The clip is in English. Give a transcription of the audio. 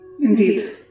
Indeed